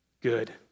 good